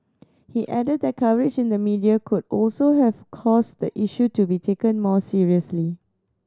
he added that coverage in the media could also have caused the issue to be taken more seriously